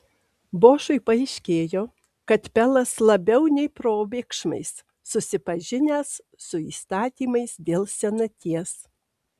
bošui paaiškėjo kad pelas labiau nei probėgšmais susipažinęs su įstatymais dėl senaties